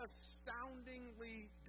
astoundingly